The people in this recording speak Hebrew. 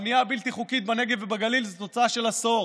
הבנייה הבלתי-חוקית בנגב ובגליל זאת תוצאה של עשור,